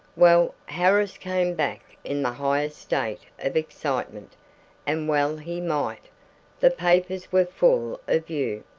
well, harris came back in the highest state of excitement and well he might the papers were full of you,